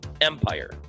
Empire